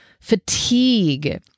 fatigue